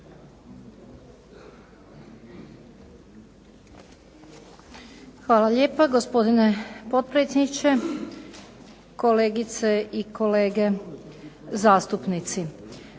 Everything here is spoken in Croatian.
Hvala lijepa gospodine potpredsjedniče, kolegice i kolege zastupnici.